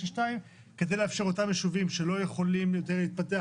כדי לאפשר לאותם יישובים שלא יכולים להתפתח,